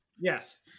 Yes